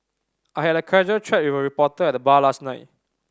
I had a casual chat with a reporter at the bar last night